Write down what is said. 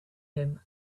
him